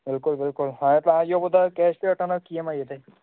बिल्कुलु बिल्कुलु हाणे तव्हां इहो ॿुधायो कैश ते वठंदुव की ईएमआईअ ते